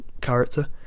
character